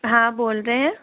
हाँ बोल रहे हैं